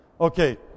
Okay